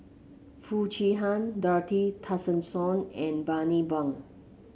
Foo Chee Han Dorothy Tessensohn and Bani Buang